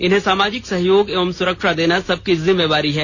इन्हें सामाजिक सहयोग एवं सुरक्षा देना सबकी जिम्मेवारी है